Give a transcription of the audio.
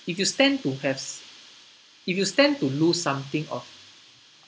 if you stand to have if you stand to lose something of